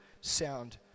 sound